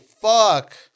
fuck